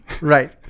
Right